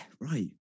right